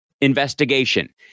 investigation